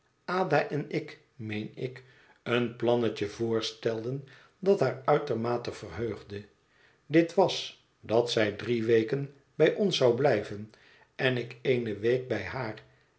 en ik meen ik een plannetje voorstelden dat haar uitermate verheugde dit was dat zij drie weken bij ons zou blijven en ik eene week bij haar